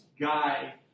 guy